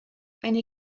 eine